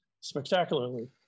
spectacularly